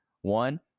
One